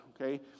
Okay